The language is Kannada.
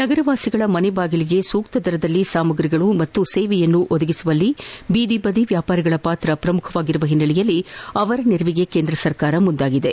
ನಗರ ವಾಸಿಗಳ ಮನೆ ಬಾಗಿಲಿಗೆ ಸೂಕ್ತ ದರದಲ್ಲಿ ಸಾಮ್ರಗಳನ್ನು ಪಾಗೂ ಸೇವೆಗಳನ್ನು ನೀಡುವಲ್ಲಿ ಜೀದಿ ಬದಿ ವ್ಯಾಪಾರಿಗಳ ಪಾತ್ರ ಪ್ರಮುಖವಾಗಿರುವ ಒನ್ನೆಲೆಯಲ್ಲಿ ಅವರ ನೆರವಿಗೆ ಕೇಂದ್ರ ಸರ್ಕಾರ ಮುಂದಾಗಿದೆ